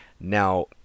now